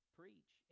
preach